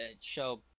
show